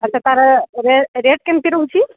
ଆଚ୍ଛା ତାର ରେଟ୍ କେମିତି ରହୁଛି